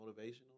motivational